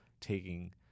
taking